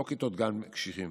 לא כיתות גן קשיחות,